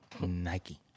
Nike